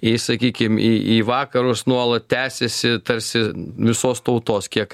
į sakykim į į vakarus nuolat tęsiasi tarsi visos tautos kiek